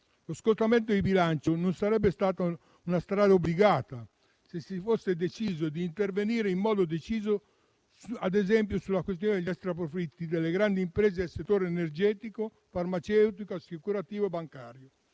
Lo scostamento di bilancio non sarebbe stato una strada obbligata se si fosse deciso di intervenire in modo deciso, ad esempio sulla questione degli extraprofitti delle grandi imprese del settore energetico, farmaceutico, assicurativo e bancario,